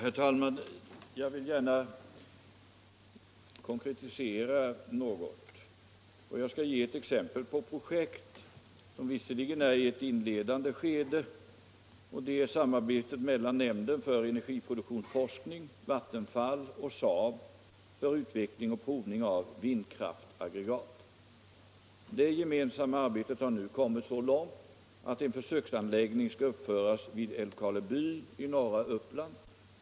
Fru talman! Jag vill gärna konkretisera något. Jag skall ge exempel på ett projekt, som visserligen befinner sig i inledningsskedet. Det är samarbetet mellan nämnden för energiproduktionsforskning, Vattenfall och SAAB för utveckling och provning av vindkraftsaggregat. Det gemensamma arbetet har nu kommit så långt att en försöksanläggning skall uppföras vid Älvkarleby i norra Uppland.